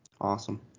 Awesome